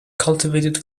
cultivated